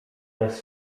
bez